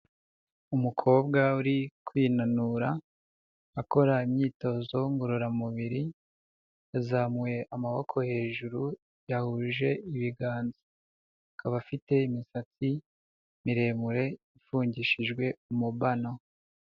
Umukobwa uri kwinanura akora imyitozo ngororamubiri, yazamuye amaboko hejuru yahuje ibiganza, akaba afite imisatsi miremire ifungishijwe umubano.